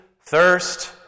thirst